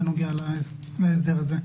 בנוגע להסדר הזה.